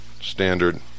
Standard